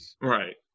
Right